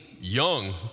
young